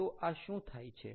તો આ શું થાય છે